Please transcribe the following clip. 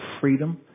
freedom